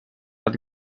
att